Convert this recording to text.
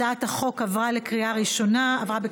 הצעת החוק עברה בקריאה ראשונה,